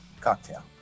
Cocktail